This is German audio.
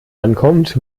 ankommt